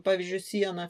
pavyzdžiui siena